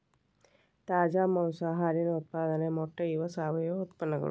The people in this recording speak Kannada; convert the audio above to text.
ತಾಜಾ ಮಾಂಸಾ ಹಾಲಿನ ಉತ್ಪಾದನೆ ಮೊಟ್ಟೆ ಇವ ಸಾವಯುವ ಉತ್ಪನ್ನಗಳು